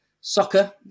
soccer